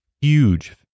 huge